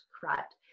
correct